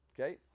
okay